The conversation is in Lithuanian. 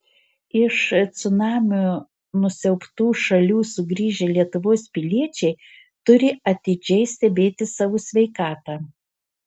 iš cunamio nusiaubtų šalių sugrįžę lietuvos piliečiai turi atidžiai stebėti savo sveikatą